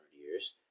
years